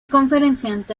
conferenciante